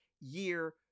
year